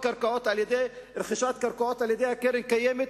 קרקעות על-ידי רכישת קרקעות על-ידי הקרן קיימת,